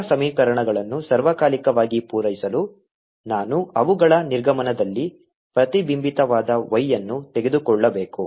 ಎಲ್ಲಾ ಸಮೀಕರಣಗಳನ್ನು ಸಾರ್ವಕಾಲಿಕವಾಗಿ ಪೂರೈಸಲು ನಾನು ಅವುಗಳ ನಿರ್ಗಮನದಲ್ಲಿ ಪ್ರತಿಬಿಂಬಿತವಾದ y ಅನ್ನು ತೆಗೆದುಕೊಳ್ಳಬೇಕು